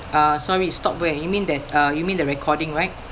uh sorry stop where you mean that uh you mean the recording right